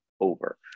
over